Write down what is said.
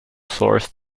sourced